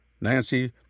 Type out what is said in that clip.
Nancy